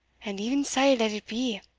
and e'en sae let it be,